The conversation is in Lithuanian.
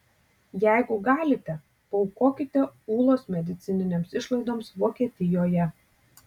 jeigu galite paaukokite ūlos medicininėms išlaidoms vokietijoje